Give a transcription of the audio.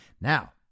Now